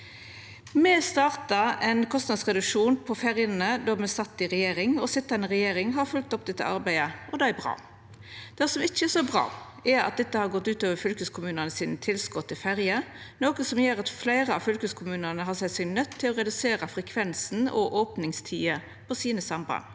Me starta ein kostnadsreduksjon på ferjene då me sat i regjering. Den sitjande regjeringa har følgt opp dette arbeidet, og det er bra. Det som ikkje er så bra, er at dette har gått ut over fylkeskommunane sine tilskot til ferjer, noko som gjer at fleire av fylkeskommunane har sett seg nøydde til å redusera frekvensen og opningstidene på sine samband.